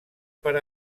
per